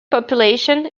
population